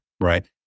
right